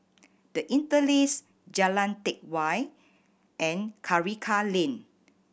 The Interlace Jalan Teck Whye and Karikal Lane